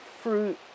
fruit